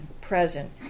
present